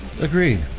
agreed